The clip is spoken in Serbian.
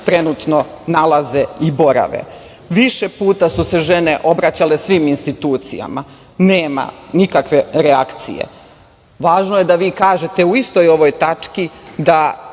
trenutno nalaze i borave. Više puta su se žene obraćale svim institucijama. Nema nikakve reakcije. Važno je da vi kažete u istoj ovoj tački da